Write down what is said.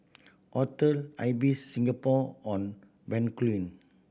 Hotel Ibis Singapore On Bencoolen